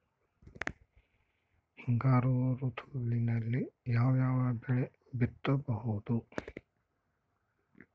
ಹಿಂಗಾರು ಋತುವಿನಲ್ಲಿ ಯಾವ ಯಾವ ಬೆಳೆ ಬಿತ್ತಬಹುದು?